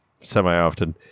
semi-often